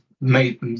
made